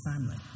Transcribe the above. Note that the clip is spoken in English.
family